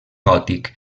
gòtic